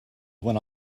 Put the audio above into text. went